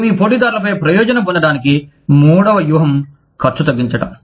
మీరు మీ పోటీదారులపై ప్రయోజనం పొందడానికి మూడవ వ్యూహం ఖర్చు తగ్గించడం